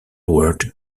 world